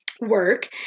work